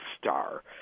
Star